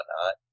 whatnot